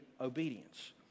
obedience